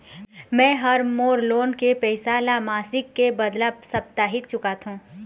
में ह मोर लोन के पैसा ला मासिक के बदला साप्ताहिक चुकाथों